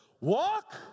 walk